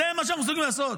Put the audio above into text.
זה מה שאנחנו מסוגלים לעשות?